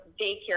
daycare